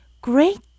Great